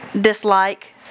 dislike